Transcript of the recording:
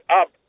up